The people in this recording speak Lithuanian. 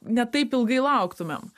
ne taip ilgai lauktumėm